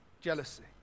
Jealousy